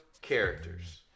Characters